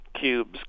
cubes